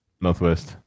Northwest